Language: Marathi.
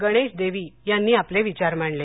गणेश देवी यांनी आपले विचार मांडले